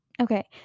Okay